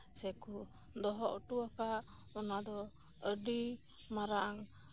ᱥᱮᱠᱚ ᱫᱚᱦᱚ ᱦᱚᱴᱚ ᱟᱠᱟᱫ ᱚᱱᱟᱫᱚ ᱟᱹᱰᱤ ᱢᱟᱨᱟᱝ